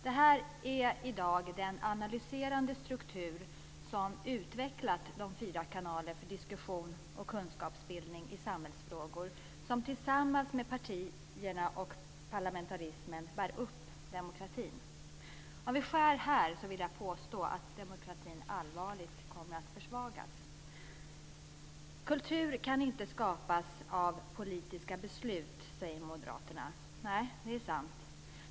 Det här är i dag den analyserande struktur som har utvecklat de fyra kanaler för diskussion och kunskapsbildning i samhällsfrågor som tillsammans med partierna och parlamentarismen bär upp demokratin. Om vi skär här vill jag påstå att demokratin allvarligt kommer att försvagas. Kultur kan inte skapas av politiska beslut, säger moderaterna. Nej, det är sant.